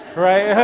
right?